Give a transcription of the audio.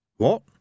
What